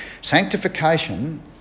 Sanctification